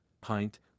pint